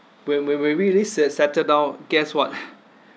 when when when we already s~ uh settled down guess what